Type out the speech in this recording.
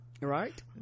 right